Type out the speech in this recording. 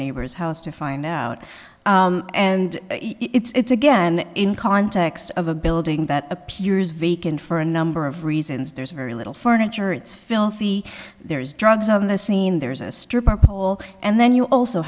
neighbor's house to find out and it's again in context of a building that appears vacant for a number of reasons there's very little furniture it's filthy there is drugs on the scene there's a stripper pole and then you also